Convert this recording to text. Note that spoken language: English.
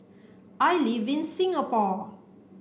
I live in Singapore